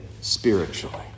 spiritually